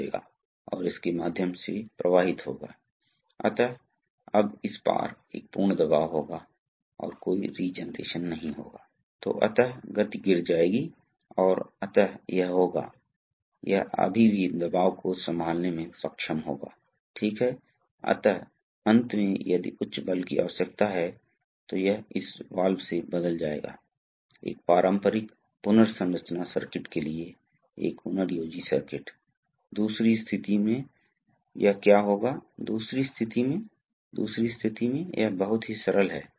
इसलिए उदाहरण के लिए स्पूल को कभी कभी स्थानांतरित किया जा सकता है आप जानते हैं कि जब हम सिंबल को बनाते हैं तो मान लें कि हम इस सिंबल को खींचते हैं फिर हम स्पूल को कैसे स्थानांतरित करते हैं हम एक सोलनॉइड द्वारा स्पूल को स्थानांतरित कर सकते हैं ठीक है